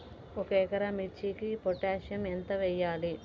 ఒక ఎకరా మిర్చీకి పొటాషియం ఎంత వెయ్యాలి?